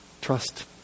trust